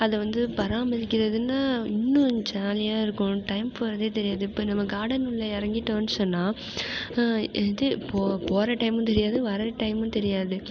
அது வந்து பராமரிக்கிறதுனா இன்னும் ஜாலியாக இருக்கும் டைம் போகிறதே தெரியாது இப்போ நம்ம கார்டன் உள்ள இறங்கிட்டோம்ன்னு சொன்னால் எது போ போகிற டைமும் தெரியாது வர்ற டைமும் தெரியாது